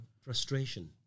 frustration